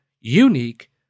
unique